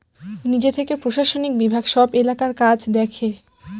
নিজে থেকে প্রশাসনিক বিভাগ সব এলাকার কাজ দেখে